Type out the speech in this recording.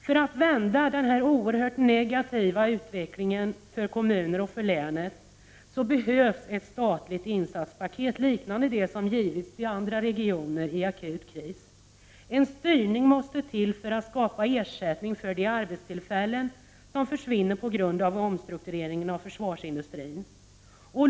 För att vända denna oerhört negativa utveckling för kommuner och för län behövs ett statligt insatspaket liknande dem som givits till andra regioner i akut kris. En styrning måste till för att skapa ersättning för de arbetstillfällen som försvinner på grund av omstruktureringen av försvarsindustrin.